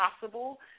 possible